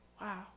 Wow